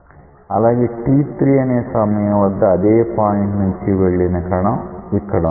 అలాగే t3 అనే సమయం వద్ద అదే పాయింట్ నుండి వెళ్లిన కణం ఇక్కడ ఉంటుంది